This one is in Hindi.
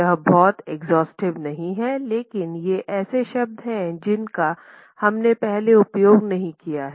यह बहुत एक्सहॉस्टिव नहीं है लेकिन ये ऐसे शब्द हैं जिनका हमने पहले उपयोग नहीं किया है